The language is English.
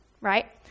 right